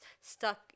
stuck